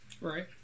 Right